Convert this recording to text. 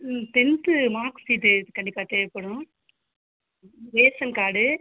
ம் tenth mark sheet இதுக்கு கண்டிப்பாக தேவைப்படும் ரேஷன் கார்டு